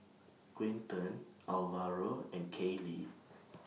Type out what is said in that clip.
Quinten Alvaro and Kaylie